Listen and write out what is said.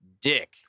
dick